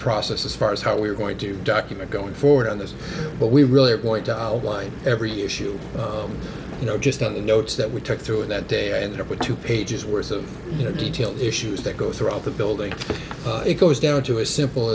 process as far as how we're going to document going forward on this but we really are going to outline every issue you know just on the notes that we took through that day i ended up with two pages worth of detail issues that go throughout the building it goes down to a simple